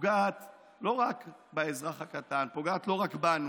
פוגעת לא רק באזרח הקטן, פוגעת לא רק בנו,